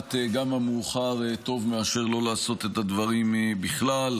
בבחינת גם המאוחר טוב מאשר לא לעשות את הדברים בכלל.